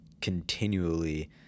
continually